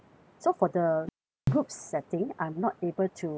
so for the you know group setting I'm not able to